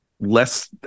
less